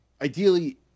Ideally